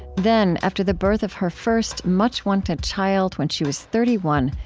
then, after the birth of her first, much-wanted child when she was thirty one,